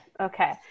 Okay